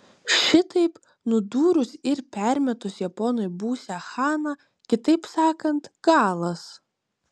šitaip nudūrus ir permetus japonui būsią chana kitaip sakant galas